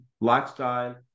lifestyle